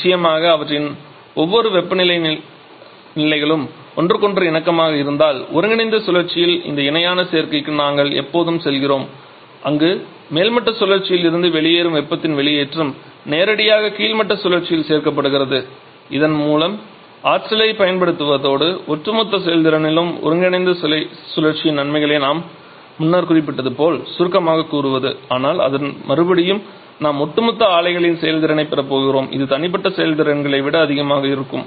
நிச்சயமாக அவற்றின் ஒவ்வொரு வெப்பநிலை நிலைகளும் ஒன்றுக்கொன்று இணக்கமாக இருந்தால் ஒருங்கிணைந்த சுழற்சியில் இந்த இணையான சேர்க்கைக்கு நாங்கள் எப்போதும் செல்கிறோம் அங்கு மேல்மட்ட சுழற்சியில் இருந்து வெளியேறும் வெப்பத்தின் வெளியேற்றம் நேரடியாக கீழ்மட்ட சுழற்சியில் சேர்க்கப்படுகிறது இதன் மூலம் ஆற்றலைப் பயன்படுத்துவதோடு ஒட்டுமொத்த செயல்திறனிலும் ஒருங்கிணைந்த சுழற்சியின் நன்மைகளை நான் முன்னர் குறிப்பிட்டது போல சுருக்கமாகக் கூறுவது ஆனால் அதன் மறுபடியும் நாம் ஒட்டுமொத்த ஆலையின் செயல்திறனைப் பெறப்போகிறோம் இது தனிப்பட்ட செயல்திறன்களை விட அதிகமாக இருக்கும்